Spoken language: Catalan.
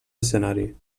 escenari